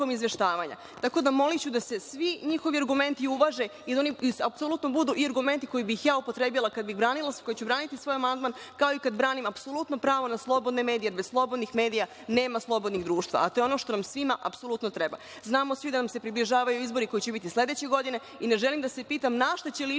izveštavanja. Moliću da se svi njihovi argumenti uvaže i argumente koje bih ja upotrebila kada ću braniti svoj amandman, kao i kad branim apsolutno pravo na slobodne medije, jer bez slobodnih medija nema slobodnog društva, a to je ono što nam svima apsolutno treba. Znamo svi da nam se približavaju izbori koji će biti sledeće godine i ne želim da se pitam na šta će ličiti